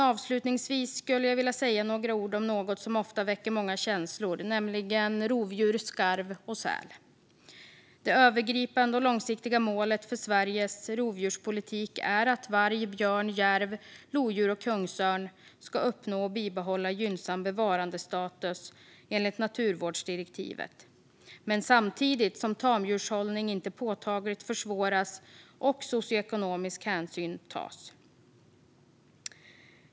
Avslutningsvis skulle jag vilja säga några ord om något som ofta väcker många känslor, nämligen rovdjur, skarv och säl. Det övergripande och långsiktiga målet för Sveriges rovdjurspolitik är att varg, björn, järv, lodjur och kungsörn ska uppnå och bibehålla gynnsam bevarandestatus enligt naturvårdsdirektivet samtidigt som tamdjurshållning inte påtagligt försvåras och socioekonomisk hänsyn tas.